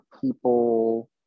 people